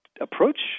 approach